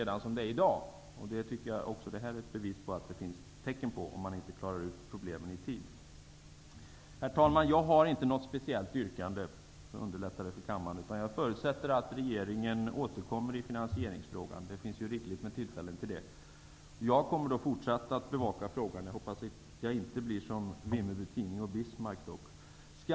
Jag tycker att det finns tecken på detta även här om inte problemen löses i tid. Herr talman! Jag har, för att underlätta kammarens arbete, inte något speciellt yrkande. I stället förutsätter jag att regeringen återkommer i finansieringsfrågan. Det finns ju rikligt med tillfällen till det. Jag kommer att fortsätta att bevaka frågan. Jag hoppas dock att jag inte kommer att bli som Vimmerby tidning och Bismarck.